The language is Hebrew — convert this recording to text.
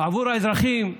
עבור האזרחים הלא-יהודים,